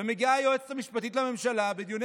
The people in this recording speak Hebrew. ומגיעה היועצת המשפטית לממשלה בדיוני